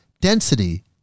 density